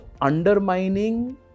undermining